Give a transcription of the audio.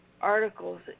articles